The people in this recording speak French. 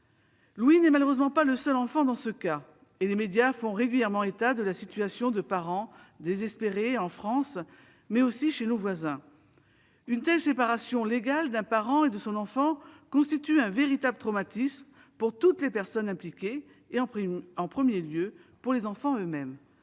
Louis n'est malheureusement pas le seul enfant dans ce cas, et les médias font régulièrement état de la situation de parents désespérés, en France, mais aussi chez nos voisins. Une telle séparation « légale » d'un parent et de son enfant constitue un véritable traumatisme pour toutes les personnes impliquées, en premier lieu pour les enfants eux-mêmes.